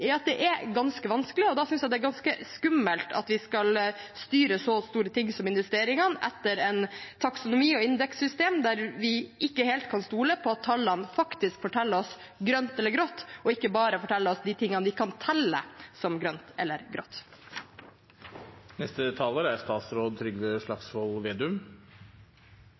at det er ganske vanskelig. Da synes jeg det er ganske skummelt at vi skal styre så store ting som investeringer etter en taksonomi og et indekssystem der vi ikke helt kan stole på at tallene faktisk forteller oss grønt eller grått, og ikke bare forteller oss de tingene vi kan telle som grønt eller